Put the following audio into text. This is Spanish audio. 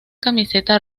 camiseta